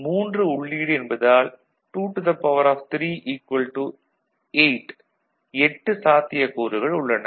3 உள்ளீடு என்பதால் 23 8 சாத்தியக்கூறுகள் உள்ளன